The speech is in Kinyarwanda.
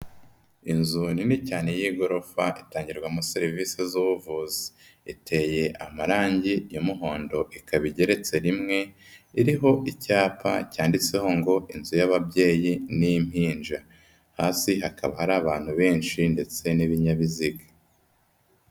Inzu nini cyane y'igorofa, itangirwamo serivise z'ubuvuzi. Iteye amarangi y'umuhondo, ikaba igeretse rimwe, iriho icyapa cyanditseho ngo inzu y'ababyeyi n'impinja, hasi ikaba hari abantu benshi ndetse n'ibinyabiziga.